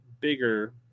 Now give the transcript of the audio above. bigger